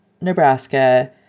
Nebraska